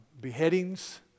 beheadings